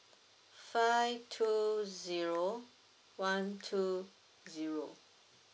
five two zero one two zero